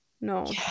No